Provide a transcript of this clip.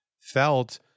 felt